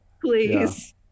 Please